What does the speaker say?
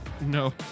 no